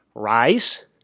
Rise